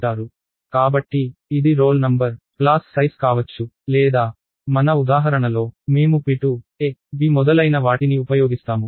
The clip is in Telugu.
కాబట్టి ఇది రోల్ నంబర్ తరగతి పరిమాణం కావచ్చు లేదా మన ఉదాహరణలో మేము p2 a b మొదలైన వాటిని ఉపయోగిస్తాము